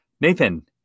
Nathan